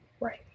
Right